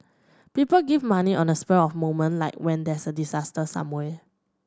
people give money on the spur of moment like when there's a disaster somewhere